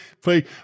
play